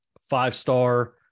five-star